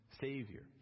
Savior